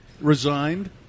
resigned